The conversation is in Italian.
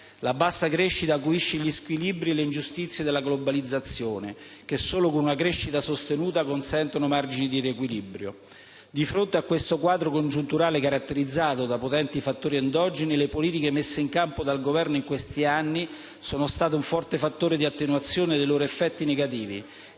La bassa crescita acuisce gli squilibri e le ingiustizie della globalizzazione che solo con una crescita sostenuta consentono margini di riequilibrio. Di fronte a questo quadro congiunturale caratterizzato da potenti fattori endogeni le politiche messe in campo dal Governo in questi anni sono state un forte fattore di attenuazione dei loro effetti negativi